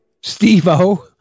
Steve-O